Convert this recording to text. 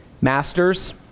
Masters